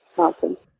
mountains.